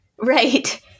Right